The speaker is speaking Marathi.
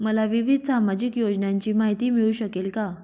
मला विविध सामाजिक योजनांची माहिती मिळू शकेल का?